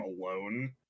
alone